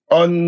on